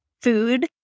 food